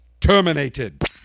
terminated